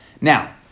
Now